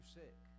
sick